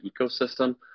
ecosystem